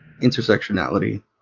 intersectionality